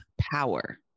power